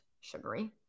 sugary